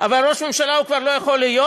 אבל ראשי ממשלה הם כבר לא יוכלו להיות.